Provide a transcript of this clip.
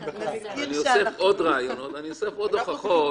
אני אוסף עוד הוכחות.